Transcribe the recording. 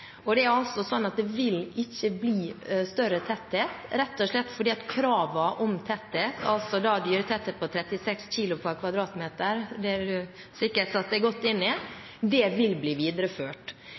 Og det er sånn at det ikke vil bli større tetthet, rett og slett fordi kravene om tetthet, altså dyretetthet på 36 kilo per kvadratmeter – det har representanten Hansson sikkert satt seg godt inn i